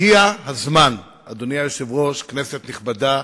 הגיע הזמן, אדוני היושב-ראש, כנסת נכבדה,